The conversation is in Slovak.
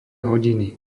hodiny